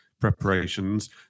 preparations